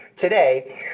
today